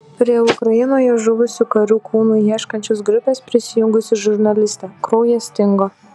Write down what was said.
prie ukrainoje žuvusių karių kūnų ieškančios grupės prisijungusi žurnalistė kraujas stingo